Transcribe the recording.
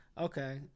Okay